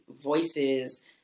voices